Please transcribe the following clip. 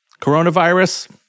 Coronavirus